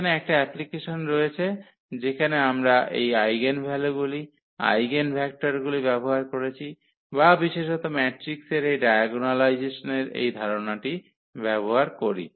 এখানে একটা অ্যাপ্লিকেশন রয়েছে যেখানে আমরা এই আইগেনভ্যালুগুলি আইগেনভেক্টরগুলি ব্যবহার করেছি বা বিশেষত ম্যাট্রিক্সের এই ডায়াগোনালাইজেসনের এই ধারণাটি ব্যবহার করি